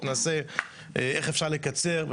איך אפשר לקצר,